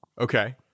Okay